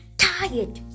tired